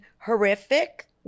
horrific